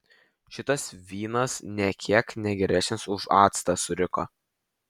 šitas vynas nė kiek ne geresnis už actą suriko